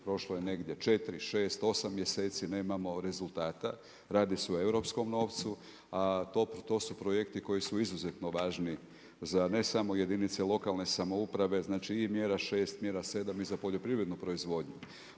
prošlo je negdje 4, 6, 8 mjeseci nemamo rezultata. Radi se o europskom novcu, a to su projekti koji su izuzetno važni za ne samo jedinica lokalne samouprave znači i mjera 6 i mjera 7 i za poljoprivrednu proizvodnju.